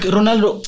Ronaldo